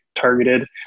targeted